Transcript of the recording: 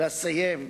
אסיים,